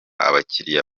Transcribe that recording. abakiriya